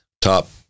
top